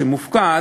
שמופקד,